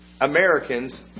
Americans